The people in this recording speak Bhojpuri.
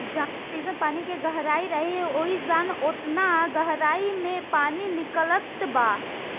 जहाँ जइसन पानी के गहराई रहे, ओइजा ओतना गहराई मे पानी निकलत बा